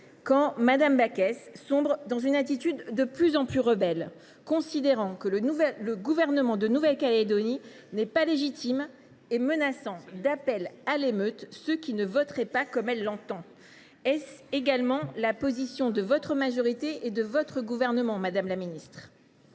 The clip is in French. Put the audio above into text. quand Mme Backès sombre dans une attitude de plus en plus rebelle, considérant que le gouvernement de Nouvelle Calédonie n’est pas légitime et menaçant d’appel à l’émeute ceux qui ne voteraient pas comme elle l’entend. Est ce également la position de votre majorité et du Gouvernement auquel